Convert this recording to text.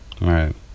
Right